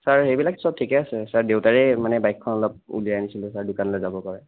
sir সেইবিলাক চব ঠিকে আছে চাৰ দেউতাৰে মানে বাইকখন অলপ উলিয়াই আনিছিলোঁ চাৰ দোকানলে যাবৰ কাৰণে